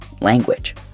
language